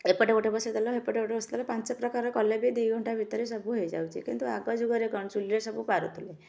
ଏପଟେ ଗୋଟେ ବସାଇଦେଲ ହେପଟେ ଗୋଟେ ବସାଇଦେଲ ପାଞ୍ଚ ପ୍ରକାର କଲେ ଦୁଇ ଘଣ୍ଟା ଭିତରେ ସବୁ ହେଇଯାଉଛି କିନ୍ତୁ ଆଗ ଯୁଗରେ କ'ଣ ଚୁଲିରେ ସବୁ ପାରୁଥିଲେ